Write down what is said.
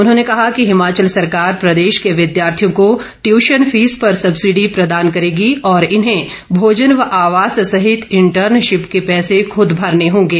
उन्होंने कहा कि हिमाचल सरकार प्रदेश के विद्यार्थियों को ट्यूशन फीस पर सब्सिडी प्रदान करेगी और इन्हें भोजन व आवास सहित इंटरनशिप के पैसे खुद भरने होंगे